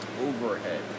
overhead